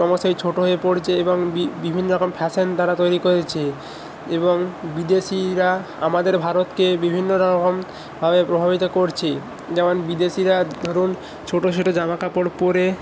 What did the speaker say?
ক্রমশই ছোটো হয়ে পড়ছে এবং বিভিন্ন রকম ফ্যাশান তারা তৈরি কয়েছে এবং বিদেশিরা আমাদের ভারতকে বিভিন্ন রকমভাবে প্রভাবিত করছে যেমন বিদেশিরা ধরুন ছোটো ছোটো জামা কাপড় পরে